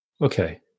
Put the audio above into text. okay